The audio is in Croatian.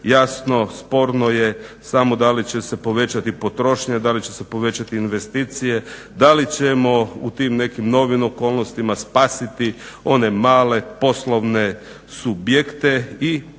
jasno sporno je samo da li će se povećati potrošnja, da li će se povećati investicije, da li ćemo u tim nekim novim okolnostima spasiti one male poslovne subjekte i po treći